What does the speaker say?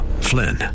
Flynn